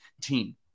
team